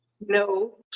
No